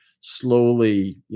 slowly